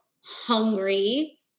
hungry